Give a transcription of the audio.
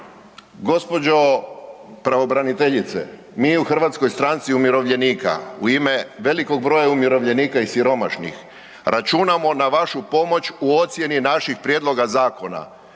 gđo. pravobraniteljice, mi u HSU u ime velikog broja umirovljenika i siromašnih računamo na vašu pomoć u ocijeni naših prijedloga zakona.